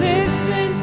Listen